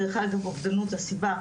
דרך אגב אובדנות זו הסיבה,